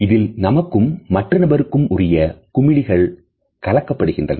இதில் நமக்கும் மற்ற நபருக்கும் உரிய குமிழிகள் கலக்கப்படுகின்றன